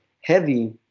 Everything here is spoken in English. heavy